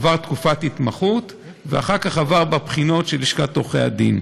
עבר תקופת התמחות ואחר כך עבר את הבחינות של לשכת עורכי הדין.